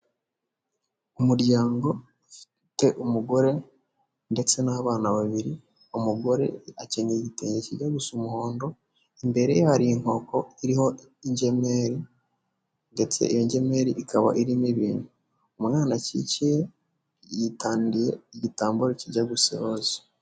Umuryango ufite umugore ndetse n'abana babiri, umugore akenyeye igitenge kijya gusa umuhondo, imbere hari inkoko iriho ingemeri, ndetse iyo ngemeri ikaba irimo ibintu. Umwana akikiye yitandiye igitambaro kijya gusa iroza.